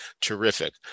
terrific